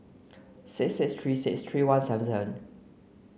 six six three six three one seven seven